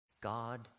God